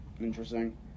Interesting